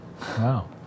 wow